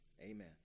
amen